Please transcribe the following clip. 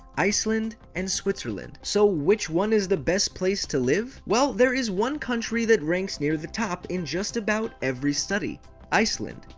iceland, and switzerland. so which one is the best place to live? well, there is one country that ranks near the top in just about every study iceland.